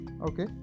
Okay